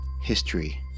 history